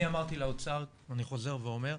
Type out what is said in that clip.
אני אמרתי לאוצר, אני חוזר ואומר,